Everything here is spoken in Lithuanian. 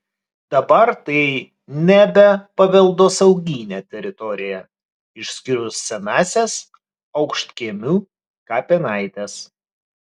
dabar tai nebe paveldosauginė teritorija išskyrus senąsias aukštkiemių kapinaites